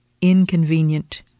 inconvenient